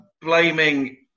blaming